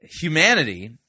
Humanity